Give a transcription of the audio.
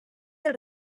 del